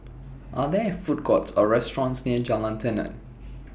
Are There Food Courts Or restaurants near Jalan Tenon